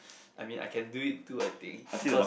I mean I can do it too I think cause